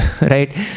right